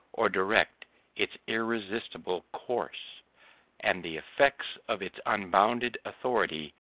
or direct its irresistible course and the effects of its unbounded authority,